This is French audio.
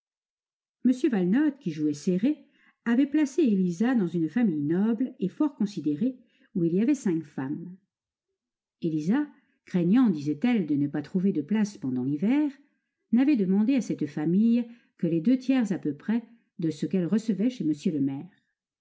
m valenod qui jouait serré avait placé élisa dans une famille noble et fort considérée où il y avait cinq femmes élisa craignant disait-elle de ne pas trouver de place pendant l'hiver n'avait demandé à cette famille que les deux tiers à peu près de ce qu'elle recevait chez m le maire